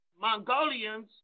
Mongolians